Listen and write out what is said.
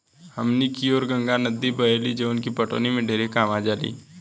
हमनी कियोर गंगा नद्दी बहेली जवन की पटवनी में ढेरे कामे आजाली